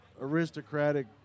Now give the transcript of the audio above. aristocratic